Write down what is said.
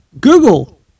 Google